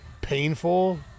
painful